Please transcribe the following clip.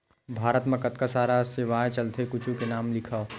भारत मा कतका सारा सेवाएं चलथे कुछु के नाम लिखव?